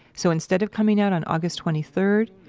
so instead of coming out on august twenty third,